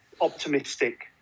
optimistic